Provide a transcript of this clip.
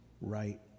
right